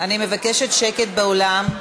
אני מבקשת שקט באולם.